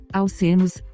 alcenos